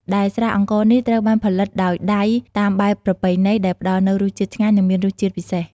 ដែលស្រាអង្ករនេះត្រូវបានផលិតដោយដៃតាមបែបប្រពៃណី ដែលផ្តល់នូវរសជាតិឆ្ងាញ់ និងមានលក្ខណៈពិសេស។